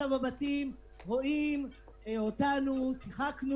החליטו כאן והתחייבו בפנינו להרחיב את המענקים